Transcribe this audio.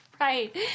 Right